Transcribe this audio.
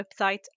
website